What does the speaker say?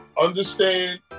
understand